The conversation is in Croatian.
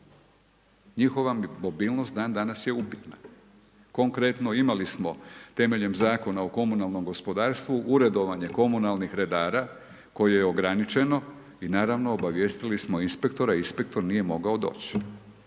njihova mobilnost dan danas je upitna. Konkretno imali smo temeljem Zakona o komunalnom gospodarstvu uredovanje komunalnih redara koje je ograničeno i naravno obavijestili smo inspektora i inspektor nije mogao doći,